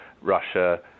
Russia